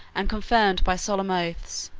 and confirmed by solemn oaths,